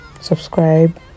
subscribe